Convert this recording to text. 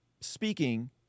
speaking